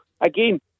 again